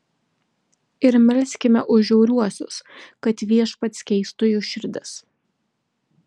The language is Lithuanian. ir melskime už žiauriuosius kad viešpats keistų jų širdis